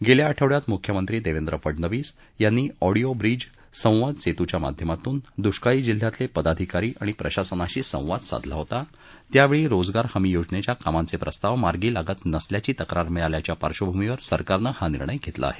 गेल्या आठवड्यात मुख्यमंत्री देवेंद्र फडणवीस यांनी ऑडिओ ब्रिज संवाद सेतूच्या माध्यमातून दुष्काळी जिल्ह्यातले पदाधिकारी आणि प्रशासनाशी संवाद साधला होता त्यावेळी रोजगार हमी योजनेच्या कामांचे प्रस्ताव मार्गी लागत नसल्याची तक्रार मिळाल्याच्या पार्शभूमीवर सरकारनं हा निर्णय घेतला आहे